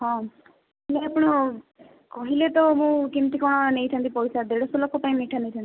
ହଁ ହେଲେ ଆପଣ କହିଲେ ତ ମୁଁ କେମିତି କଣ ନେଇଥାନ୍ତି ପଇସା ଦେଢ଼ ଶହ ଲୋକପାଇଁ ମିଠା ନେଇଥାନ୍ତି